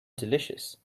delicious